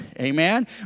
Amen